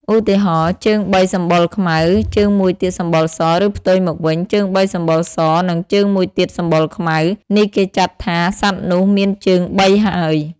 ឧទាហរណ៍ ជើងបីសម្បុរខ្មៅ ជើងមួយទៀតសម្បុរស ឬផ្ទុយមកវិញ ជើងបីសម្បុរស និងជើងមួយទៀតសម្បុរខ្មៅ នេះគេចាត់ថា សត្វនោះមានជើងបីហើយ។